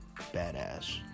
badass